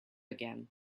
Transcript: again